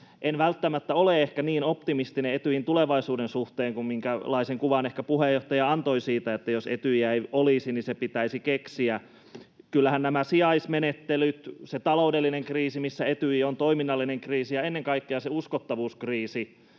en välttämättä ole ehkä niin optimistinen Etyjin tulevaisuuden suhteen kuin minkälaisen kuvan ehkä puheenjohtaja antoi siitä — että jos Etyjiä ei olisi, niin se pitäisi keksiä. Kyllähän nämä sijaismenettelyt, se taloudellinen kriisi, missä Etyj on, toiminnallinen kriisi ja ennen kaikkea se uskottavuuskriisi